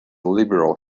liberal